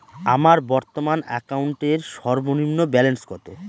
আমার বর্তমান অ্যাকাউন্টের সর্বনিম্ন ব্যালেন্স কত?